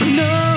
no